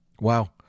Wow